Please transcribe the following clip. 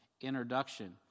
introduction